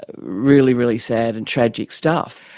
ah really, really sad and tragic stuff.